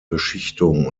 beschichtung